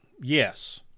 Yes